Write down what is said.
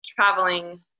traveling